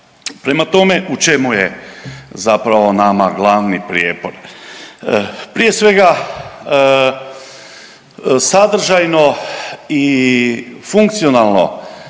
Prema tome, u čemu je zapravo nama glavni prijepor? Prije svega sadržajno i funkcionalno